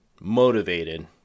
motivated